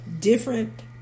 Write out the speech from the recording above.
Different